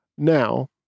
Now